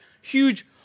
huge